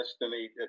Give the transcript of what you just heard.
destiny